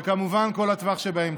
וכמובן כל הטווח שבאמצע.